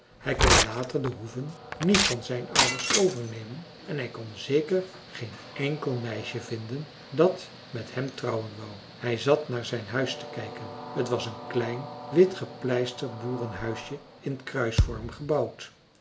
hij kon later de hoeve niet van zijn ouders overnemen en hij kon zeker geen enkel meisje vinden dat met hem trouwen wou hij zat naar zijn huis te kijken t was een klein wit gepleisterd boerenhuisje in kruisvorm gebouwd